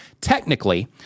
Technically